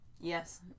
Yes